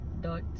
dot